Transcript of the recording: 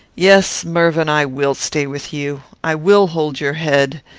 yes, mervyn! i will stay with you. i will hold your head.